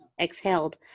exhaled